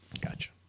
gotcha